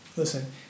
listen